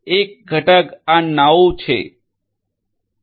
એક ઘટક આ નાઉછે